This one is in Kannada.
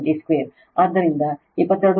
ಆದ್ದರಿಂದ 22